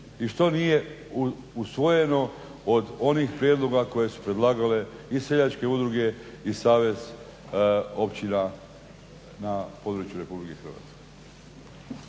i što nije usvojeno od onih prijedloga koje su predlagale i seljačke udruge i savez općina na području RH.